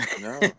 No